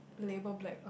label black